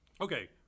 Okay